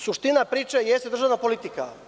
Suština priče jeste državna politika.